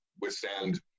withstand